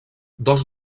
dos